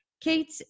kate